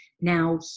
Now